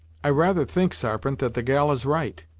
i rather think, sarpent, that the gal is right!